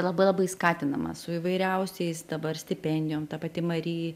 labai labai skatinamas su įvairiausiais dabar stipendijom ta pati mari